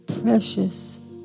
precious